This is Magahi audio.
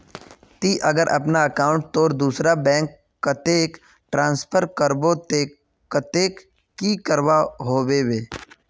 ती अगर अपना अकाउंट तोत दूसरा बैंक कतेक ट्रांसफर करबो ते कतेक की करवा होबे बे?